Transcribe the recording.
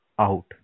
out